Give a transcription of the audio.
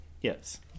Yes